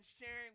sharing